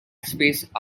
space